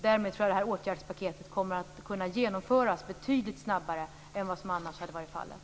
Därmed tror jag att åtgärdspaketet kommer att kunna genomföras betydligt snabbare än vad som annars hade varit fallet.